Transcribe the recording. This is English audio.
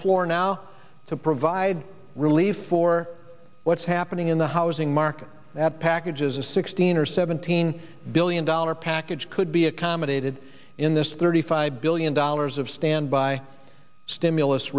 floor now to provide relief for what's happening in the housing market that packages a sixteen or seventeen billion dollars package could be accommodated in this thirty five billion dollars of standby stimulus